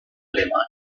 alemana